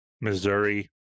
Missouri